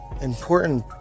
important